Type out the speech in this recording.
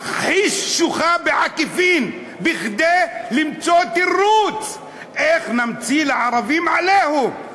מכחיש שואה בעקיפין כדי למצוא תירוץ איך נמציא לערבים "עליהום".